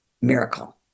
miracle